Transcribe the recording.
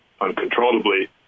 uncontrollably